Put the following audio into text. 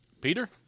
Peter